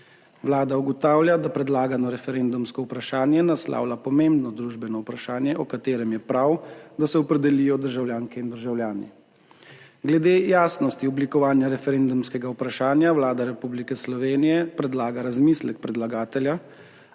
Vlada ugotavlja, da predlagano referendumsko vprašanje naslavlja pomembno družbeno vprašanje o katerem je prav, da se opredelijo državljanke in državljani. Glede jasnosti oblikovanja referendumskega vprašanja Vlada Republike Slovenije predlaga razmislek predlagatelja,